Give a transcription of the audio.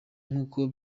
nk’uko